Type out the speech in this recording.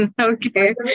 Okay